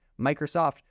Microsoft